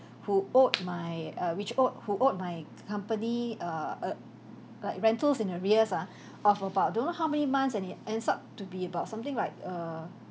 who owed my uh which owed who owed my company err uh like rentals in arrears uh of about don't know how many months and it ends up to be about something like err